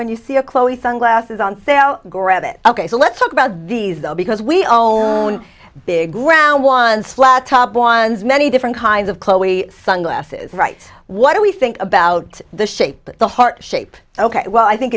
when you see a chloe sunglasses on sale grab it ok so let's talk about these though because we own big brown ones flattop ones many different kinds of chloe sunglasses right what do we think about the shape the heart shape ok well i think